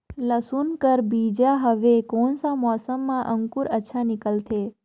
लसुन कर बीजा हवे कोन सा मौसम मां अंकुर अच्छा निकलथे?